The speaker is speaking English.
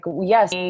yes